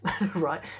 right